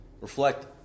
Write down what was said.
Reflect